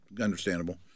understandable